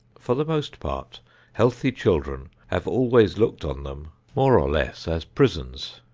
for the most part healthy children have always looked on them more or less as prisons.